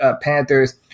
Panthers